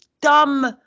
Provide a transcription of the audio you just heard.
dumb